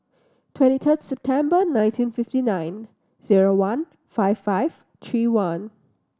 twenty third September nineteen fifty nine zero one five five three one